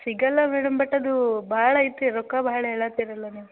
ಸಿಗಲ್ಲ madam but ಅದು ಭಾಳ ಆಯ್ತ್ರೀ ರೊಕ್ಕ ಬಹಳ ಹೇಳಿ ಹತ್ತಿರ ಅಲ್ಲ ನೀವು